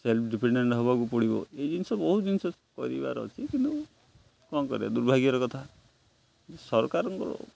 self dependent ହେବାକୁ ପଡ଼ିବ ଏଇ ଜିନିଷ ବହୁତ ଜିନିଷ କରିବାର ଅଛି କିନ୍ତୁ କ'ଣ କରିବା ଦୁର୍ଭାଗ୍ୟର କଥା ସରକାରଙ୍କର